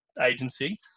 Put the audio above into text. agency